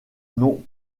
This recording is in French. n’ont